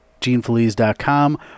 genefeliz.com